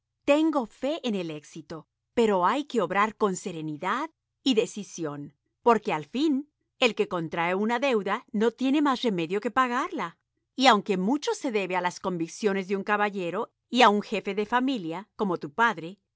tengo fe en el éxito pero hay qiue obrar con serenidad y decisión porque al fin el que contrae una deuda no tiene más remedio que pagarla y aunque mucho se debe a las convicciones de un caballero y a un jefe de familia como tu padre